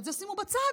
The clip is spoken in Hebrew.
שאת זה שימו בצד,